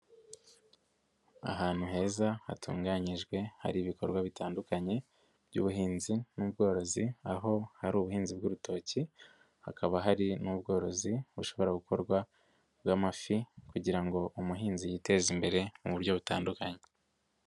Ahantu heza hatunganyijwe hari ibikorwa bitandukanye by'ubuhinzi n'ubworozi aho hari ubuhinzi bw'urutoki hakaba hari n'ubworozi bushobora gukorwa bw'amafi kugira ngo umuhinzi yiteze imbere mu buryo butandukanye.